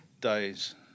days